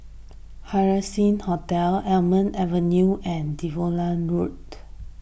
Haising Hotel Almond Avenue and Devonshire Road